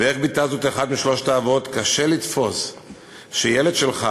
ואיך ביטא זאת אחד משלושת האבות: קשה לתפוס שילד שלך,